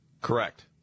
Correct